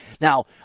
Now